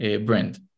brand